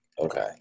okay